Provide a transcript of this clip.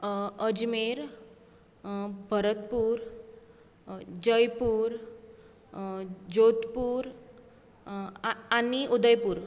अजमेर भरतपूर जयपूर जोधपूर आ आनी उदयपूर